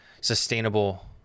sustainable